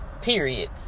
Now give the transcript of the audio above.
Period